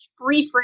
rephrase